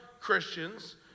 christians